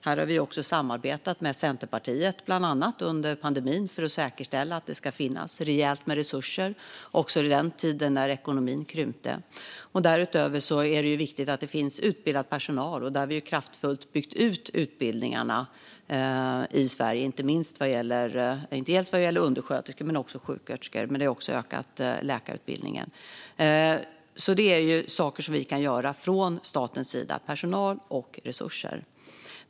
Här har vi också samarbetat med Centerpartiet bland annat under pandemin för att säkerställa att det skulle finnas rejält mer resurser också under den tiden när ekonomin krympte. Därutöver är det viktigt att det finns utbildad personal. Där har vi kraftfullt byggt ut utbildningarna i Sverige inte minst vad gäller undersköterskor men också vad gäller sjuksköterskor, och vi har också utökat läkarutbildningen. Det är saker som vi kan göra från statens sida: personal och resurser.